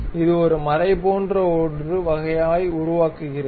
இது ஒரு மறை போன்ற ஒரு வகையை உருவாக்குகிறது